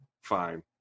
fine